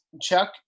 Chuck